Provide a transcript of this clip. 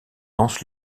lance